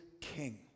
king